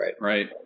Right